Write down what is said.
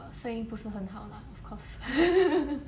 我生意不是很好啦 of course